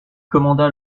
commanda